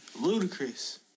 Ludicrous